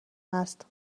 هست